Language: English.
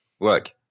Look